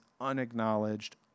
unacknowledged